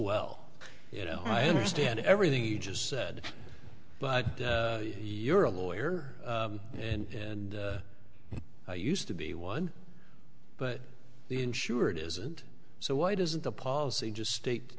well you know i understand everything you just said but you're a lawyer and used to be one but the insured isn't so why doesn't the policy just state